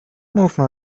mówmy